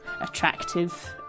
attractive